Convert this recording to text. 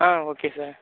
okay sir